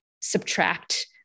subtract